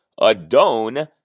Adone